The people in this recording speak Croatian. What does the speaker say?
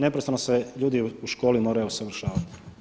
Neprestano se ljudi u školi moraju usavršavati.